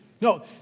No